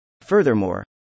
Furthermore